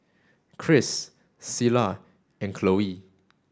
Cris Cilla and Cloe